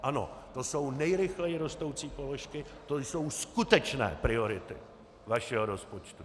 Ano, to jsou nejrychleji rostoucí položky, to jsou skutečné priority vašeho rozpočtu.